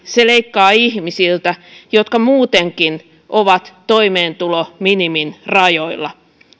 se leikkaa ihmisiltä jotka muutenkin ovat toimeentulominimin rajoilla